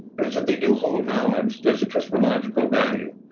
but they do hold knowledge. there's epistemological value.